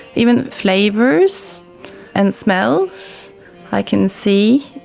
even flavours and smells i can see.